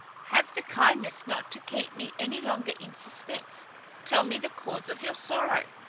have the kindness not to keep me any longer in suspense tell me the cause of your sorrow.